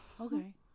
Okay